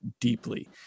deeply